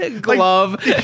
glove